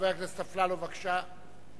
חבר הכנסת אפללו, בבקשה.